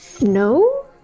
no